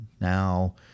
Now